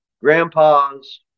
grandpas